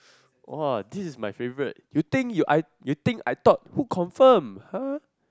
!wah! this is my favourite you think you I you think I thought who confirm !huh!